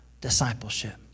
discipleship